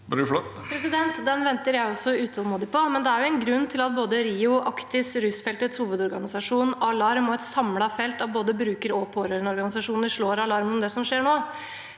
Den venter også jeg utålmodig på, men det er jo en grunn til at både RIO, Actis, Rusfeltets hovedorganisasjon, A-Larm og et samlet felt av både bruker- og pårørendeorganisasjoner slår alarm om det som skjer nå.